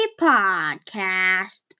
Podcast